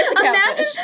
imagine